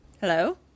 Hello